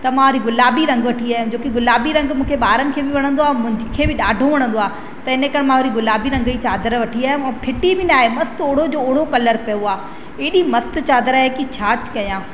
त मां वरी गुलाबी रंग वठी आयमि जोकि गुलाबी रंग मूंखे ॿारनि खे बि वणंदो आहे मूंखे बि ॾाढो वणंदो आहे त इन करे मां वरी गुलाबी रंग जी चादर वठी आयमि ऐं फिटी बि न आहे मस्तु ओहिड़ो जो ओहिड़ो कलर पियो आहे एॾी मस्तु चादर आहे की छा कया